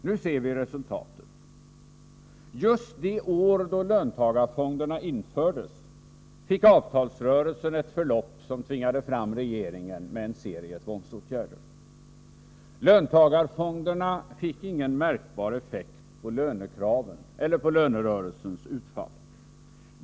Nu ser vi resultatet: just det år då löntagarfonderna infördes fick avtalsrörelsen ett förlopp som tvingade regeringen att ingripa med en hel serie av tvångsåt Nr 130 gärder. Torsdagen den Löntagarfonderna fick ingen märkbar effekt på lönekraven eller på 26 april 1984 lönerörelsens utfall.